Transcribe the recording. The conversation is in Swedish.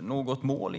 något mål.